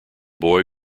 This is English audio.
boy